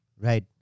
right